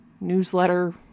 newsletter